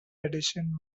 edition